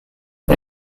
ble